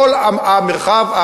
כל המרחב.